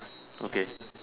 okay